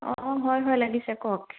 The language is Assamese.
অঁ হয় হয় লাগিছে কওক